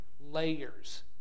layers